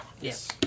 Yes